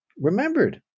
remembered